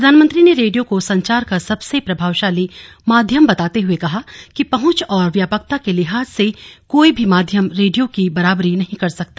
प्रधानमंत्री ने रेडियो को संचार का सबसे प्रभावशाली माध्यम बताते हुए कहा कि पहुंच और व्यापकता के लिहाज से कोई भी माध्यम रेडियो की बराबरी नहीं कर सकता